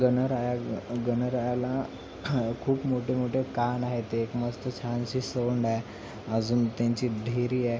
गणराया ग् गणरायाला खूप मोठेमोठे कान आहेत ते एक मस्त छानशी सोंड आहे अजून त्यांची ढेरी आहे